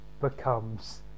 becomes